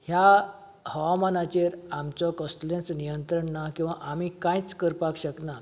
ह्या हवामानाचेर आमचे कसलेंच नियंत्रण ना किंवां आमी कांयच करपाक शकना